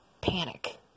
panic